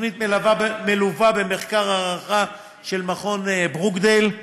התוכנית מלווה במחקר הערכה של מכון ברוקדייל.